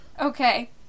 Okay